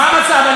למה אני מחייכת?